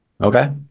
okay